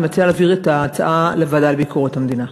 אני מציעה להעביר את ההצעה לוועדה לביקורת המדינה.